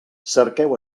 cerqueu